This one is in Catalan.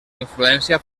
influència